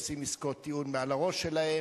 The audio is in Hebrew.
עושים עסקות טיעון מעל הראש שלהם.